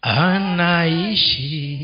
anaishi